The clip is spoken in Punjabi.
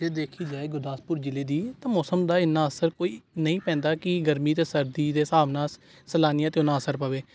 ਜੇ ਦੇਖੀ ਜਾਏ ਗੁਰਦਾਸਪੁਰ ਜ਼ਿਲ੍ਹੇ ਦੀ ਤਾਂ ਮੌਸਮ ਦਾ ਇੰਨਾਂ ਅਸਰ ਕੋਈ ਨਹੀਂ ਪੈਂਦਾ ਕਿ ਗਰਮੀ ਅਤੇ ਸਰਦੀ ਦੇ ਹਿਸਾਬ ਨਾਲ ਸੈਲਾਨੀਆਂ 'ਤੇ ਉਨਾਂ ਅਸਰ ਪਵੇ